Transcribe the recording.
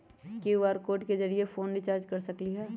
QR code के जरिय phone recharge कर सकली ह?